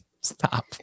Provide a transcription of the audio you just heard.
Stop